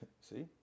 See